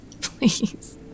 Please